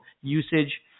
usage